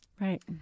right